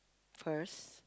first